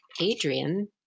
Adrian